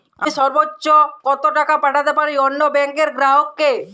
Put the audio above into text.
আমি সর্বোচ্চ কতো টাকা পাঠাতে পারি অন্য ব্যাংকের গ্রাহক কে?